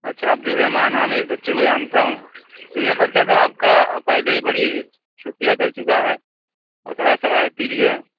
اچھا عبد الرحمٰن ہاں میں اس بچے کو جانتا ہوں یہ بچہ تو آپ کا پہلے ہی بڑی چھٹیاں کر چکا ہے اور تھورا شرارتی بھی ہے